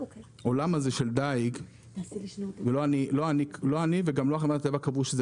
עולם הדיג לא אני וגם לא החברה להגנת הטבע קבעו שזה